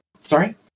Sorry